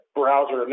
browser